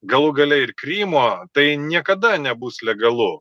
galų gale ir krymo tai niekada nebus legalu